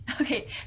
Okay